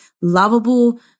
lovable